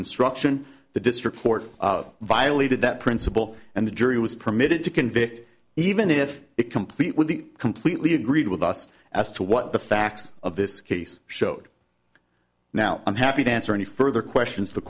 instruction the district court violated that principle and the jury was permitted to convict even if it complete with the completely agreed with us as to what the facts of this case showed now i'm happy to answer any further questions the